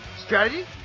strategy